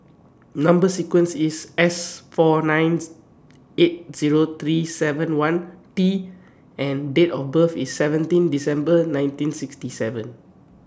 Number sequence IS S four nine eight Zero three seven one T and Date of birth IS seventeen December nineteen sixty seven